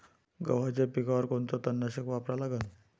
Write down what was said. गव्हाच्या पिकावर कोनचं तननाशक वापरा लागन?